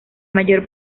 mayor